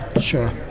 Sure